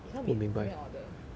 it can't be second order